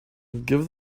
give